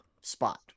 spot